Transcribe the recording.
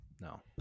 no